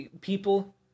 people